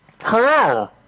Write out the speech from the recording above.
Hello